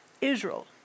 Israel